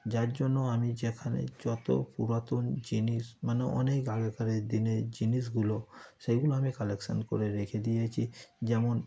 যার জন্য আমি যেখানে যত পুরাতন জিনিস মানে অনেক আগেকারের দিনের জিনিসগুলো সেগুলো আমি কালেকশন করে রেখে দিয়েছি যেমন